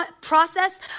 process